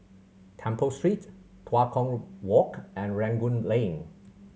Temple Street Tua Kong Walk and Rangoon Lane